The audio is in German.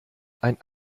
ein